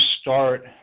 start